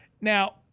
Now